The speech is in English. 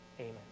Amen